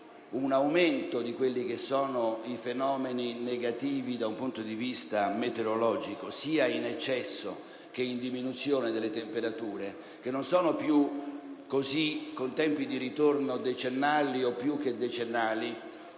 un aumento di fenomeni negativi dal punto di vista meteorologico, sia in eccesso che in diminuzione delle temperature, che non hanno più i tempi di ritorno decennali o più che decennali,